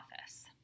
office